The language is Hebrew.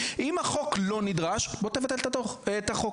אם החוק לא נדרש בוא תבטל את החוק.